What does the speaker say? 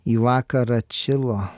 į vakarą atšilo